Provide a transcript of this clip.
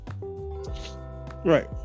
right